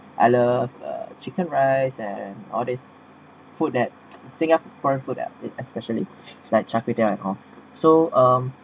I love uh chicken rice and all this food that singaporean food eh it especially like char kway teow and all so um